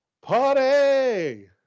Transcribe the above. party